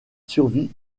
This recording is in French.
survit